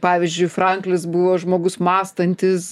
pavyzdžiui franklinas buvo žmogus mąstantis